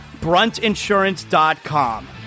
Bruntinsurance.com